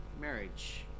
marriage